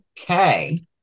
Okay